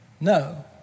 No